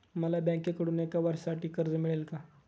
मला बँकेकडून एका वर्षासाठी कर्ज मिळेल का?